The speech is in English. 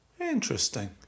interesting